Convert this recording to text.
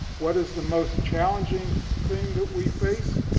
what is the most challenging thing that we face?